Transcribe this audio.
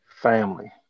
Family